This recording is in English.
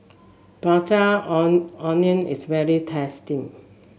prata on onion is very tasty